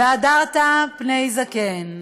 והדרת פני זקן,